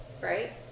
Right